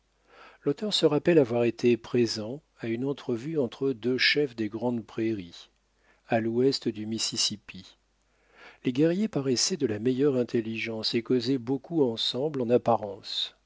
l'auteur se rappelle avoir été présent à une entrevue entre deux chefs des grandes prairies à l'ouest du mississipi les guerriers paraissaient de la meilleure intelligence et causaient beaucoup ensemble en apparence